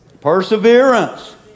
Perseverance